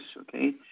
Okay